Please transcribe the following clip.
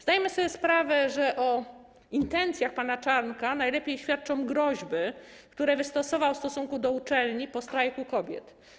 Zdajemy sobie sprawę, że o intencjach pana Czarnka najlepiej świadczą groźby, które wystosował w stosunku do uczelni po Strajku Kobiet.